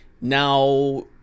now